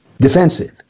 defensive